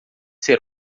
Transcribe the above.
ser